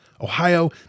Ohio